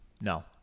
No